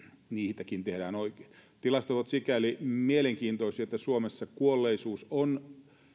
tehdään oikein tilastot ovat sikäli mielenkiintoisia että suomessa kuolleisuus on